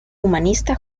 humanista